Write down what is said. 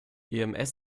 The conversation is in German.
ems